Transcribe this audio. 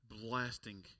Blasting